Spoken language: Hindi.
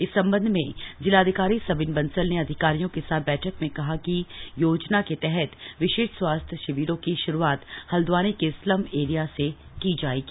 इस संबंध में जिलाधिकारी सविन बंसल ने अधिकारियों के साथ बैठक में कहा कि योजना के तहत विशेष स्वास्थ्य शिविरों की शुरुआत हल्द्वानी के स्लम एरिया से की जाएगी